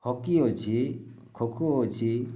hockey ଅଛି ଖୋଖୋ ଅଛି